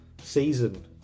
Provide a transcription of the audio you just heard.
season